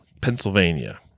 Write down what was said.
Pennsylvania